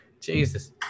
Jesus